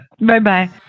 Bye-bye